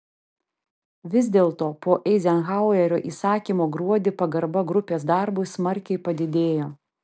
vis dėlto po eizenhauerio įsakymo gruodį pagarba grupės darbui smarkiai padidėjo